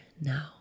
now